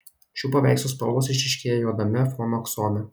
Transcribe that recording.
šių paveikslų spalvos išryškėja juodame fono aksome